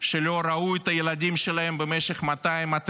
שלא ראו את הילדים שלהם במשך 200,